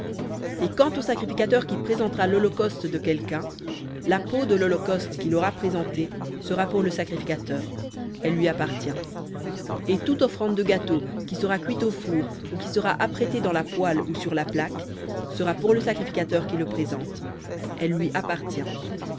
et quant au sacrificateur qui présentera l'holocauste de quelqu'un la peau de l'holocauste qu'il aura présenté sera pour le sacrificateur elle lui appartient et toute offrande de gâteau qui sera cuit au four ou qui sera apprêté dans la poêle ou sur la plaque sera pour le sacrificateur qui le présente elle lui appartient